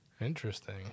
Interesting